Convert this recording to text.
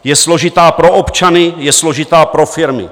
Je složitá pro občany, je složitá pro firmy.